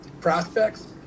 prospects